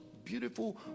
beautiful